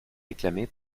réclamer